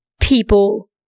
people